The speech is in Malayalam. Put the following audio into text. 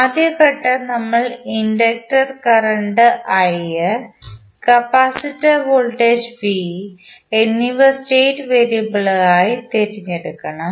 ആദ്യ ഘട്ടം നമ്മൾ inductor current i capacitor voltage v എന്നിവ സ്റ്റേറ്റ് വേരിയബിളായി തിരഞ്ഞെടുക്കും